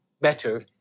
better